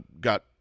got